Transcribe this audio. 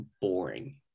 boring